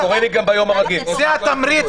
זה התמריץ.